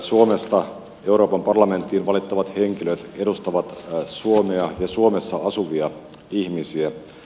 suomesta euroopan parlamenttiin valittavat henkilöt edustavat suomea ja suomessa asuvia ihmisiä